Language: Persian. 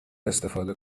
استفاده